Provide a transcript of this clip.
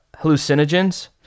hallucinogens